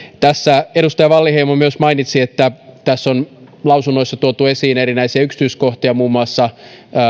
edustaja wallinheimo myös mainitsi että tässä on lausunnoissa tuotu esiin erinäisiä yksityiskohtia muun muassa